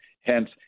hence